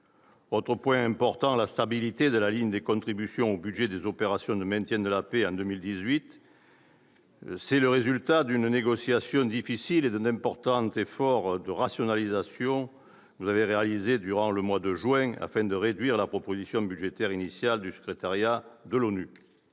Autre point important, la stabilité de la ligne des contributions aux budgets des opérations de maintien de la paix en 2018 est le résultat d'une négociation difficile et d'un important effort de rationalisation réalisé durant le mois de juin afin de réduire la proposition budgétaire initiale du secrétariat de l'ONU.